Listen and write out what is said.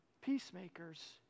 peacemakers